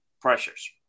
pressures